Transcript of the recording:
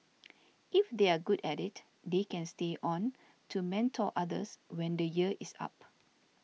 if they are good at it they can stay on to mentor others when the year is up